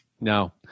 No